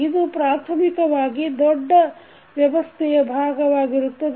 ಇದು ಪ್ರಾಥಮಿಕವಾಗಿ ದೊಡ್ಡ ವ್ಯವಸ್ಥೆಯ ಭಾಗವಾಗಿರುತ್ತದೆ